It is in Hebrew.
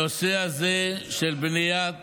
הנושא הזה של בניית